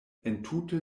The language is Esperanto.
entute